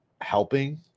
helping